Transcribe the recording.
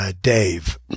Dave